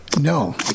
No